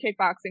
kickboxing